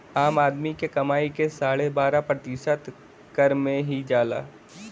आम आदमी क कमाई क साढ़े बारह प्रतिशत कर में ही जाला